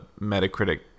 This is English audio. Metacritic